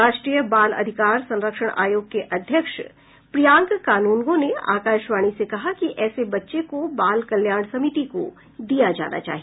राष्ट्रीय बाल अधिकार संरक्षण आयोग के अध्यक्ष प्रियांक कानूनगो ने आकाशवाणी से कहा कि ऐसे बच्चे को बाल कल्याण समिति को दिया जाना चाहिए